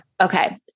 Okay